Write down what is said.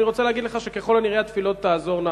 ואני רוצה להגיד לך שככל הנראה התפילות תעזורנה,